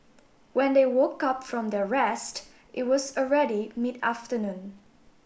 when they woke up from their rest it was already mid afternoon